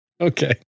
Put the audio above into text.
Okay